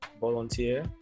volunteer